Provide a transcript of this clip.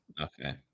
Okay